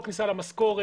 לא כניסה למשכורת,